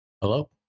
Hello